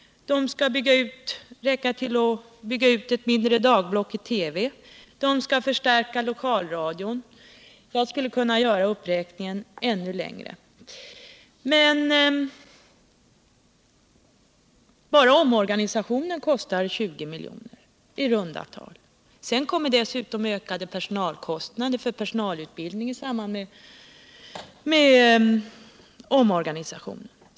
De skall också räcka till att bygga ut ett mindre dagblock i TV och att förstärka lokalradion osv. Jag skulle kunna göra uppräkningen ännu längre. Men bara omorganisationen kostar i runda tal 20 miljoner. Sedan tillkommer ökade kostnader för personalutbildning i samband med omorganisationen.